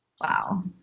Wow